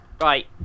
Right